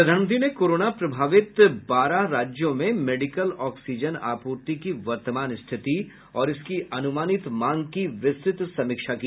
प्रधानमंत्री ने कोरोना प्रभावित बारह राज्यों में मेडिकल ऑक्सीजन आपूर्ति की वर्तमान स्थिति और इसकी अनुमानित मांग की विस्तृत समीक्षा की